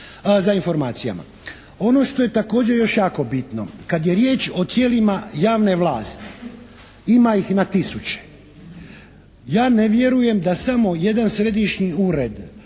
za informacijama. Ono što je također još jako bitno. Kada je riječ o tijelima javne vlasti, ima ih na tisuće. Ja ne vjerujem da samo jedan središnji ured